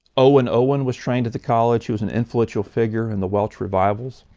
owen owen was trained at the college. he was an influential figure in the welsh revivals.